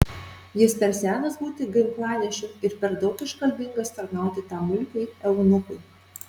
jis per senas būti ginklanešiu ir per daug iškalbingas tarnauti tam mulkiui eunuchui